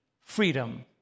freedom